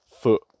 foot